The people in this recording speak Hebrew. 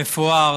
מפואר,